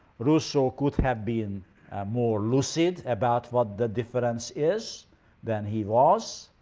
rousseau could have been more lucid about what the difference is than he was.